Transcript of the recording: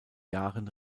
jahren